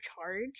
charge